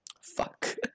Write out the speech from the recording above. Fuck